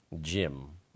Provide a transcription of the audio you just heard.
Jim